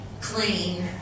clean